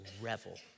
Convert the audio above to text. revel